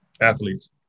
Athletes